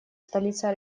столица